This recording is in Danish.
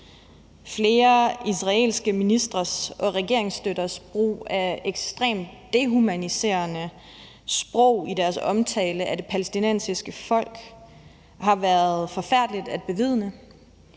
Flere israelske ministres og regeringsstøtters brug af ekstrem dehumaniserende sprog i deres omtale af det palæstinensiske folk har været forfærdeligt at bevidne.